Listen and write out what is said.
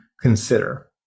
consider